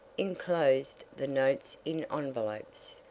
enclosed the notes in envelopes,